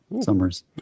Summers